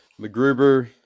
McGruber